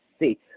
see